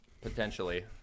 potentially